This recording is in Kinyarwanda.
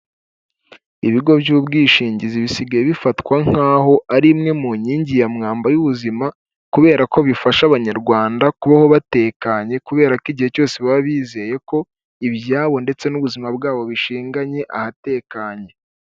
Ibigo by'ubwishingizi bisigaye bifatwa nk'aho ari imwe mu nkingi ya mwamba y'ubuzima kubera ko bifasha abanyarwanda kubaho batekanye kubera ko igihe cyose baba bizeye ko ibyabo ndetse n'ubuzima bwabo bishinganye ahatekanye.